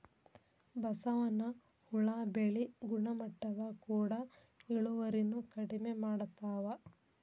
ಬಸವನ ಹುಳಾ ಬೆಳಿ ಗುಣಮಟ್ಟದ ಕೂಡ ಇಳುವರಿನು ಕಡಮಿ ಮಾಡತಾವ